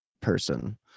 person